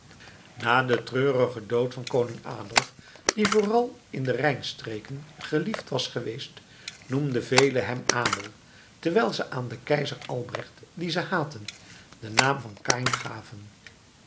na den treurigen dood van koning adolf die vooral in de rijnstreken geliefd was geweest noemden velen hem abel terwijl ze aan keizer albrecht dien ze haatten den naam van kaïn gaven